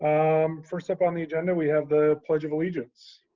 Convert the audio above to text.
um first up on the agenda we have the pledge of allegiance.